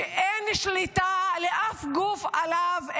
שאין שליטה לאף גוף עליו,